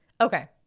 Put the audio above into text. Okay